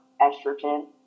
estrogen